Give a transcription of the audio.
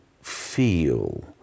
feel